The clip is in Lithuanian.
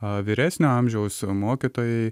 vyresnio amžiaus mokytojai